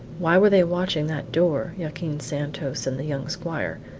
why were they watching that door, joaquin santos and the young squire?